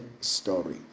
story